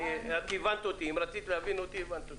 אם רצית להבין אותי, הבנת אותי.